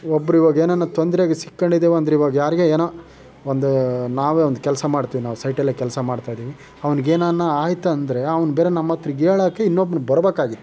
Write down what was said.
ಒಬ್ರಿಗೆ ಇವಾಗೇನಾರು ತೊಂದರೆಯಾಗಿ ಸಿಕ್ಕೊಂಡಿದ್ದೀವಿ ಅಂದರೆ ಇವಾಗ ಯಾರಿಗೆ ಏನೋ ಒಂದು ನಾವೇ ಒಂದು ಕೆಲಸ ಮಾಡ್ತೀವಿ ನಾವು ಸೈಟಲ್ಲೇ ಕೆಲಸ ಮಾಡ್ತಾಯಿದ್ದೀವಿ ಅವ್ನಿಗೇನಾರು ಆಯ್ತು ಅಂದರೆ ಅವ್ನು ಬೇರೆ ನಮ್ಮತ್ರಕ್ಕೆ ಹೇಳೋಕ್ಕೆ ಇನ್ನೊಬ್ನು ಬರಬೇಕಾಗಿತ್ತು